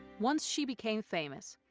once she became famous,